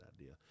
idea